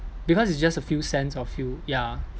because it's just a few cents or few ya